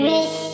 Miss